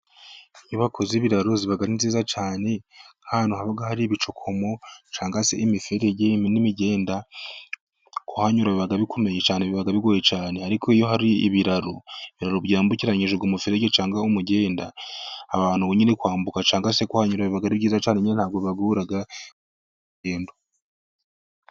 Inyubako z'ibiraro ziba ari nziza cyane, nk'ahantu hari ibicukumo cyangwa se imiferege n'imigenda ku hanyura biba bikomeye cyane biba bigoye cyane, ariko iyo hari ibiraro byambukiranyijejwe umuferege cyangwa umugenda abantu kuhanyura wambuka cyangwa se kuhanyura biba ari byiza cyane ntabwo bagora mu rugendo.